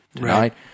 Right